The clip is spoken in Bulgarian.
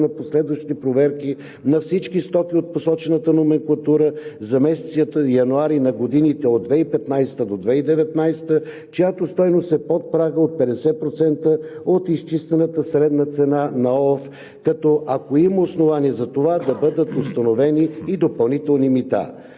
на последващи проверки на всички стоки от посочената номенклатура за месеците януари на годините от 2015-а до 2019, чиято стойност е под прага от 50% от изчистената средна цена на ОЛАФ, като, ако има основания за това, да бъдат установени и допълнителни мита.